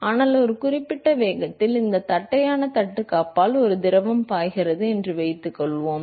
ஆனால் ஒரு குறிப்பிட்ட வேகத்தில் இந்த தட்டையான தட்டுக்கு அப்பால் ஒரு திரவம் பாய்கிறது என்று வைத்துக்கொள்வோம்